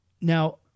Now